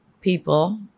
people